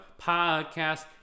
podcast